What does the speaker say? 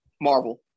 Marvel